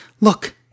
Look